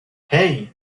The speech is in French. hey